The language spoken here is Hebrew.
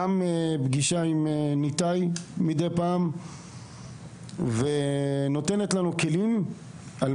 היא גם עושה פגישות עם ניתאי לבד מידי פעם ונותנת לנו כלים על